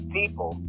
people